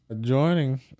joining